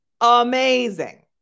amazing